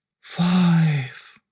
five